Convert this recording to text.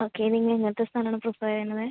okay നിങ്ങൾ എങ്ങനത്തെ സ്ഥലം ആണ് പ്രിഫറ് ചെയ്യുന്നത്